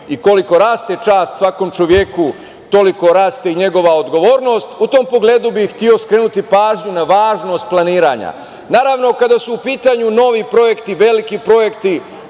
i koliko raste čast svakom čoveku, toliko raste i njegova odgovornost.U tom pogledu bih hteo skrenuti pažnju na važnost planiranja. Naravno, kada su pitanju novi projekti, veliki projekti